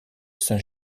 saint